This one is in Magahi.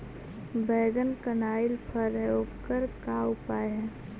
बैगन कनाइल फर है ओकर का उपाय है?